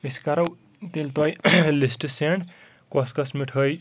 أسۍ کرو تیٚلہِ توہہِ لِسٹ سٮ۪نٛڈ کۄس کۄس مِٹھٲے